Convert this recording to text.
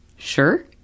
sure